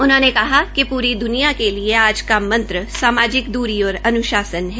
उन्होंने कहा कि प्री दुनिया के लिए आज मंत्र सामाजिक दूरी और अन्शासन है